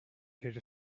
heard